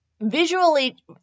visually